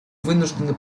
вынуждены